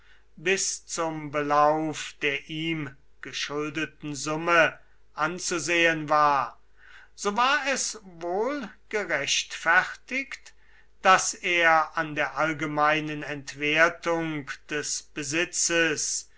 bis zum belauf der ihm geschuldeten summe anzusehen war so war es wohl gerechtfertigt daß er an der allgemeinen entwertung des besitzes